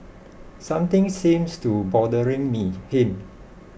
something seems to bothering me him